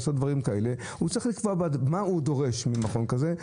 הוא צריך לקבוע מה הוא דורש ממכון כזה,